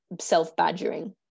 self-badgering